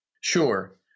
Sure